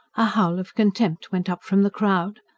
a howl of contempt went up from the crowd.